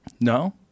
no